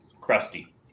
crusty